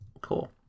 Cool